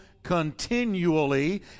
continually